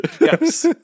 Yes